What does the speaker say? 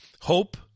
hope